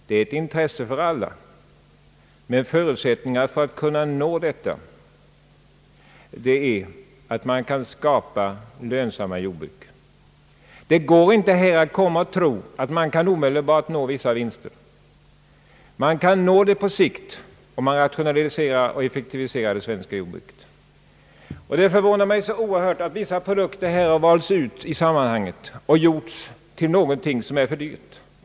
Det är ett intresse för alla, men förutsättningarna för att kunna nå detta mål är att vi kan skapa lönsamma jordbruk. Det går inte att tro att man kan omedelbart nå vissa vinster. Man kan göra det på sikt om man rationaliserar och effektiviserar det svenska jordbruket. Det förvånar mig mycket att vissa produkter har valts ut i sammanhanget och därvid framställts som alltför dyra.